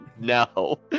No